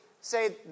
say